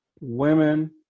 women